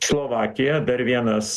slovakija dar vienas